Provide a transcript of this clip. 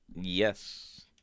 Yes